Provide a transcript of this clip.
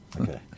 Okay